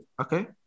Okay